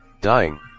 Dying